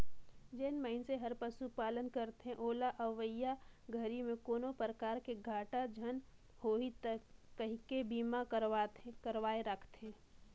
जेन मइनसे हर पशुपालन करथे ओला अवईया घरी में कोनो परकार के घाटा झन होही कहिके बीमा करवाये राखथें